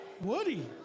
woody